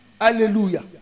Hallelujah